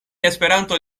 esperanto